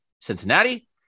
Cincinnati